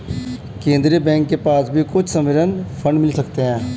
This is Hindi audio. केन्द्रीय बैंक के पास भी कुछ सॉवरेन फंड मिल सकते हैं